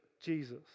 Jesus